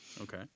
Okay